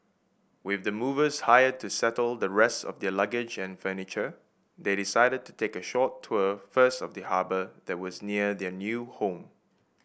with the movers hired to settle the rest of their luggage and furniture they decided to take a short tour first of the harbour that was near their new home